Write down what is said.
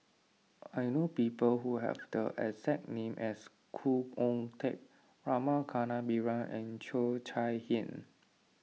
I know people who have the exact name as Khoo Oon Teik Rama Kannabiran and Cheo Chai Hiang